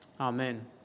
Amen